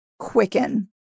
Quicken